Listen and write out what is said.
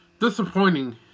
disappointing